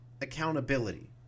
accountability